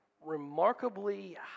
remarkably